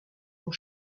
ont